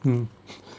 mm